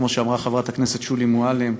כמו שאמרה חברת הכנסת שולי מועלם,